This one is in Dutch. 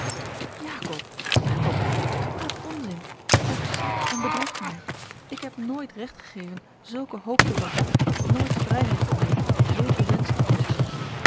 jacob jacob gij praat onzin gij verschrikt en bedroeft mij ik heb nooit recht gegeven zulke hoop te vatten nooit vrijheid verleend zulken wensch te koesteren